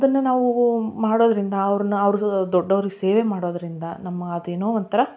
ಅದನ್ನು ನಾವು ಮಾಡೋದರಿಂದ ಅವ್ರನ್ನ ಅವ್ರು ಸೊ ದೊಡ್ಡೋರಿಗೆ ಸೇವೆ ಮಾಡೋದರಿಂದ ನಮ್ಮ ಅದೇನೋ ಒಂಥರಾ